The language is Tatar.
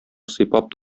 сыйпап